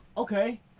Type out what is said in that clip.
Okay